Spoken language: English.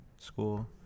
school